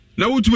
no